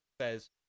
says